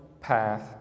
path